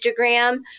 Instagram